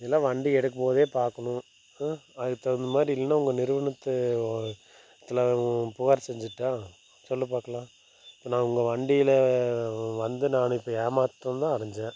இதெல்லாம் வண்டி எடுக்கும் போது பார்க்கணும் ம் அதுக்கு தகுந்தமாதிரி இல்லைனா உங்கள் நிறுவனத்தை நாங்கள் புகார் செஞ்சிடுட்டால் சொல்லு பார்க்கலாம் இப்போ நான் உங்கள் வண்டியில் வந்து நான் இப்போ ஏமாற்றம் தான் அடைஞ்சேன்